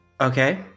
Okay